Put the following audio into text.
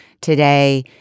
today